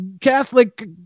Catholic